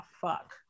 fuck